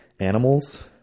animals